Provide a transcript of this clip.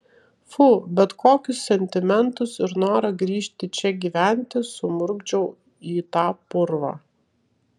fu bet kokius sentimentus ir norą grįžti čia gyventi sumurgdžiau į tą purvą